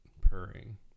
purring